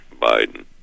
Biden